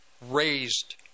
raised